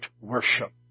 worship